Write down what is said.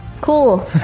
cool